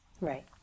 Right